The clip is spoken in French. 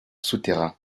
souterrains